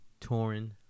Torin